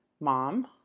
mom